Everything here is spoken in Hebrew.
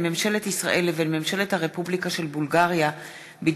איסור הפליה במוצרים,